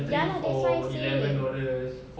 ya lah that's why I say